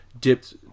dipped